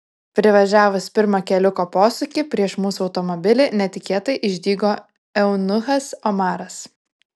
privažiavus pirmą keliuko posūkį prieš mūsų automobilį netikėtai išdygo eunuchas omaras